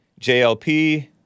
JLP